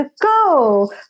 go